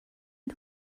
not